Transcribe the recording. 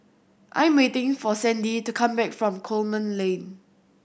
I am waiting for Sandie to come back from Coleman Lane